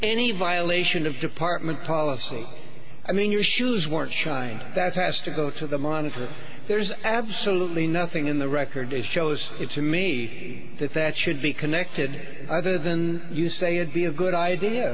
any violation of department policy i mean your shoes weren't shined that's has to go to the monitor there's absolutely nothing in the record as shows it to me that that should be connected other than you say you'd be a good idea